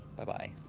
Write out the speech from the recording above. bye-bye.